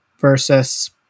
versus